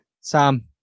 Sam